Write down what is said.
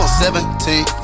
seventeen